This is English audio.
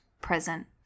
present